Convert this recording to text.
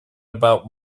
about